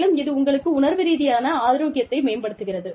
மேலும் இது உங்களுடைய உணர்வு ரீதியான ஆரோக்கியத்தை மேம்படுத்துகிறது